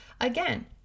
again